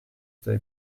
they